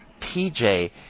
PJ